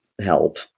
help